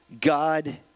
God